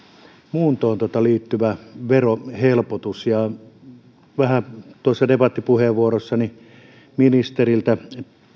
muuntoon liittyvä verohelpotus vähän tuossa debattipuheenvuorossani ministeriltä